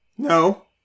No